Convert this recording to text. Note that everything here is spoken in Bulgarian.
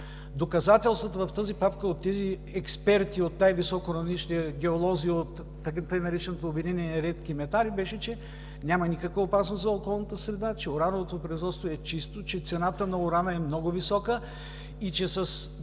Доказателството в тази папка от тези експерти от най-високо равнище геолози на така нареченото „Обединение „Редки метали“ беше, че няма никаква опасност за околната среда, че урановото производство е чисто, че цената на урана е много висока и ако